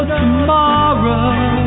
tomorrow